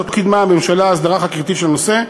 לא קידמה הממשלה הסדרה חקיקתית של הנושא,